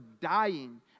dying